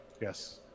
Yes